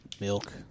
Milk